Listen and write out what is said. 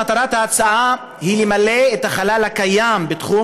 מטרת ההצעה היא למלא את החלל הקיים בתחום